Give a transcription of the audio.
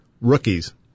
rookies